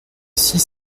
six